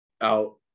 out